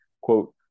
Quote